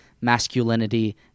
masculinity